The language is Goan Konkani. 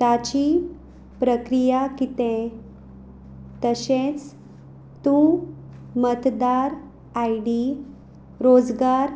ताची प्रक्रिया कितें तशेंच तूं मतदार आय डी रोजगार